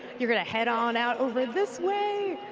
you're gonna head on out over this way,